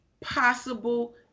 possible